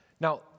now